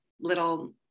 little